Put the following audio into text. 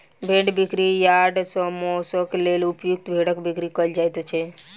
भेंड़ बिक्री यार्ड सॅ मौंसक लेल उपयुक्त भेंड़क बिक्री कयल जाइत छै